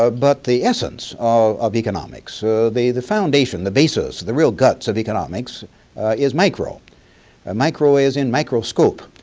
ah but the essence of economics, so the the foundation, the basis, the real guts of economics is micro ah micro as in microscope.